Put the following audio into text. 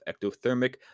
ectothermic